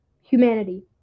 humanity